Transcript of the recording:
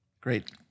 Great